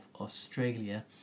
Australia